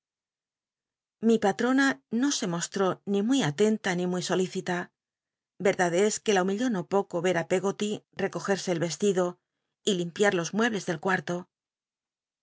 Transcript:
mi patrona no se mostró ni muy atenta ni muy solicita verdad es que la humilló no poco ver i veggoly rccogci'se el vestido y limpiar los mueble del cuarto